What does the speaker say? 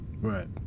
Right